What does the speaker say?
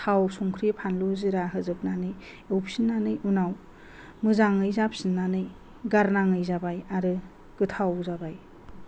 थाव संख्रि फानलु जिरा होजोबनानै एवफिननानै उनाव मोजाङै जाफिनानै गारनाङै जाबाय आरो गोथाव जाबाय